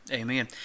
amen